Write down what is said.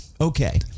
okay